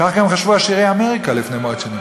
כך חשבו גם עשירי אמריקה לפני מאות שנים.